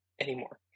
anymore